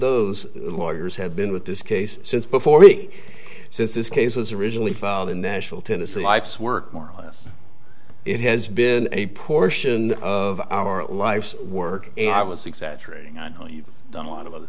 those lawyers have been with this case since before he since this case was originally filed in nashville tennessee life's work more or less it has been a portion of our life's work and i was exaggerating i know you've done a lot of th